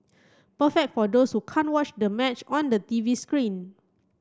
perfect for those who can't watch the match on the TV screen